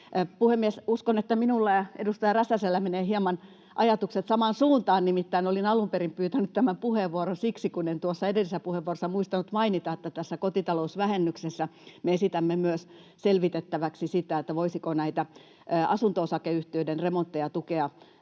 Puhemies! Uskon, että minulla ja edustaja Räsäsellä menevät hieman ajatukset samaan suuntaan, nimittäin olin alun perin pyytänyt tämän puheenvuoron siksi, kun en tuossa edellisessä puheenvuorossa muistanut mainita, että tässä kotitalousvähennyksessä me esitämme myös selvitettäväksi sitä, että voisiko näitä asunto-osakeyhtiöiden remontteja tukea